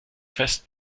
fest